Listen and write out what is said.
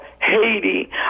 Haiti